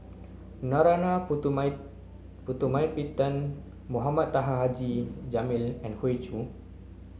Narana Putumaippittan Mohamed Taha Haji Jamil and Hoey Choo